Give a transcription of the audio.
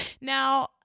Now